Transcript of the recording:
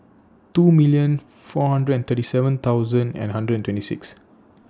two million four hundred and thirty seven thousand and hundred and twenty six